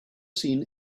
seen